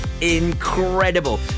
incredible